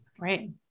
right